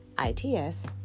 I-T-S